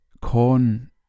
corn